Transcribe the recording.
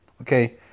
Okay